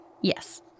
Yes